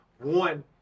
one